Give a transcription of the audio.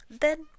Then